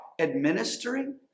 administering